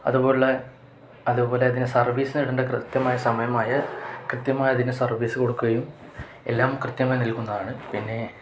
അതുപോലെ അതുപോലെ അതിന് സർവീസ് നേടേണ്ട കൃത്യമായ സമയമായാല് കൃത്യമായ അതിന് സർവീസ് കൊടുക്കുകയും എല്ലാം കൃത്യമായി നിൽകുന്നതാണ് പിന്നെ